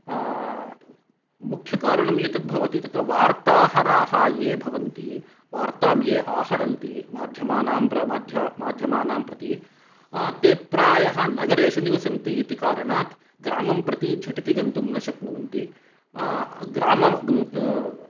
मुख्यकारणं एतत् भवति तत्र वार्ताहाराः ये भवन्ति वार्तां ये आहारन्ति माध्यमानाम् प्रति ते प्रायः नगरेषु निवसन्ति इति कारणात् ग्रामं प्रति झटिति गन्तुं न शक्नुवन्ति ग्रामं